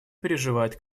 переживает